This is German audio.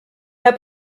herr